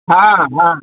हाँ हाँ